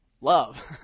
love